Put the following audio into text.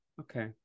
Okay